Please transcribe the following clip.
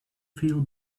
feel